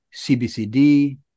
CBCD